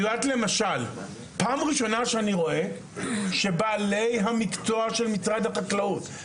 זאת פעם ראשונה שאני רואה שבעלי המקצוע של משרד החקלאות,